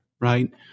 right